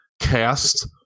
cast